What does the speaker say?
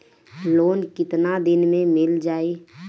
Loan कितना दिन में मिल जाई?